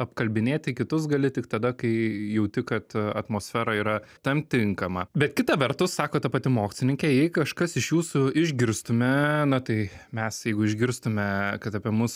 apkalbinėti kitus gali tik tada kai jauti kad atmosfera yra tam tinkama bet kita vertus sako ta pati mokslininkė jei kažkas iš jūsų išgirstume na tai mes jeigu išgirstume kad apie mus